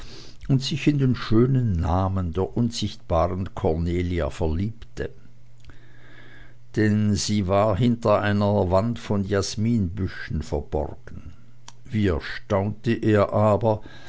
und sich in den schönen namen der unsichtbaren cornelia verliebte denn sie war hinter einer wand von jasminbüschen verborgen wie erstaunte er aber